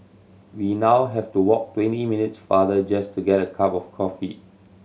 we now have to walk twenty minutes farther just to get a cup of coffee